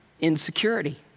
insecurity